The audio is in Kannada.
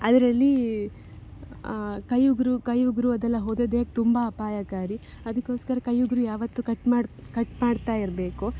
ಅದರಲ್ಲಿ ಕೈ ಉಗುರು ಕೈ ಉಗುರು ಅದೆಲ್ಲ ಹೊದದ್ದೆ ತುಂಬ ಅಪಾಯಕಾರಿ ಅದಕ್ಕೊಸ್ಕರ ಕೈ ಉಗುರು ಯಾವತ್ತು ಕಟ್ ಮಾಡಿ ಕಟ್ ಮಾಡ್ತಾಯಿರಬೇಕು